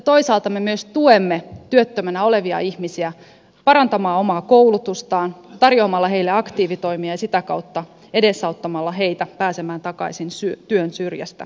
toisaalta me myös tuemme työttömänä olevia ihmisiä parantamaan omaa koulutustaan tarjoamalla heille aktiivitoimia ja sitä kautta edesauttamalla heitä pääsemään takaisin työn syrjään kiinni